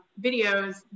videos